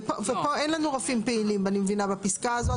ופה אין לנו רופאים פעילים בפסקה הזו,